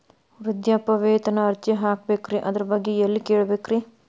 ವೃದ್ಧಾಪ್ಯವೇತನ ಅರ್ಜಿ ಹಾಕಬೇಕ್ರಿ ಅದರ ಬಗ್ಗೆ ಎಲ್ಲಿ ಕೇಳಬೇಕ್ರಿ?